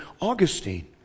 Augustine